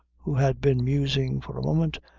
who had been musing for a moment,